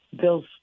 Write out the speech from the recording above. Bill's